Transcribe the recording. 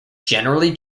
generally